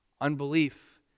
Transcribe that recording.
Unbelief